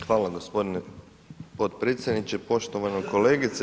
Hvala vam gospodine potpredsjedniče, poštovana kolegice.